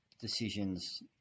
decisions